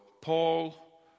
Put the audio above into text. Paul